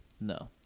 No